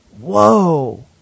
whoa